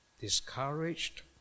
discouraged